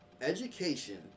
education